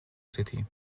city